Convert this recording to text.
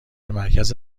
مرکز